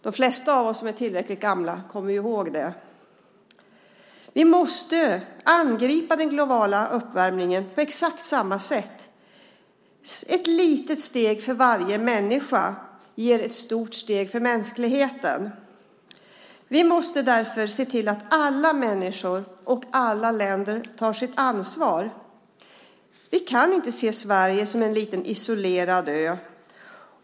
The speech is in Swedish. De flesta av oss som är tillräckligt gamla kommer ihåg det. Vi måste angripa den globala uppvärmningen på exakt samma sätt. Ett litet steg för varje människa ger ett stort steg för mänskligheten. Vi måste därför se till att alla människor och alla länder tar sitt ansvar. Vi kan inte se Sverige som en liten isolerad ö.